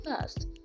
first